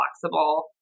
flexible